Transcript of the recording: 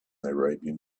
arabian